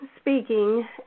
speaking